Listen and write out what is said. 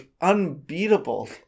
unbeatable